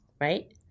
right